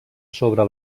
sobre